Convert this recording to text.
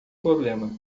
problema